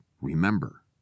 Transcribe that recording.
remember